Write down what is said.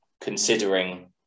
considering